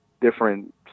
different